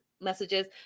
messages